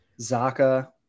Zaka